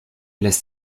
lässt